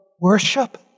worship